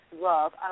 love